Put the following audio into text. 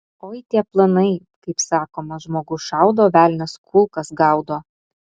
oi tie planai kaip sakoma žmogus šaudo velnias kulkas gaudo